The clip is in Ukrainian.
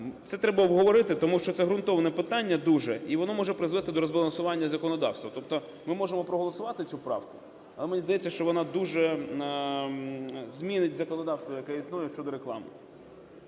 це треба обговорити, тому що це ґрунтовне питання дуже, і воно може призвести до розбалансування законодавства. Тобто ми можемо проголосувати цю правку, але мені здається, що вона дуже змінить законодавство, яке існує щодо реклами.